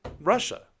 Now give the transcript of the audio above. Russia